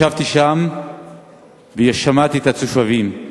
ישבתי שם ושמעתי את התושבים.